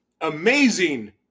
amazing